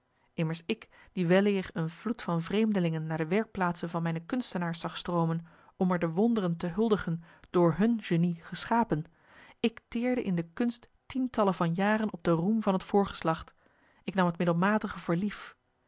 immers ik die weleer een vloed van vreemdelingen naar de werkplaatsen van mijne kunstenaars zag stroomen om er de wonderen te huldigen door hun genie geschapen ik teerde in de kunst tientallen van jaren op den roem van het voorgeslacht ik nam het middelmatige